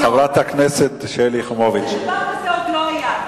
חברת הכנסת שלי יחימוביץ, דבר כזה עוד לא היה.